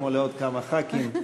כמו לעוד כמה חברי כנסת,